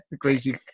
crazy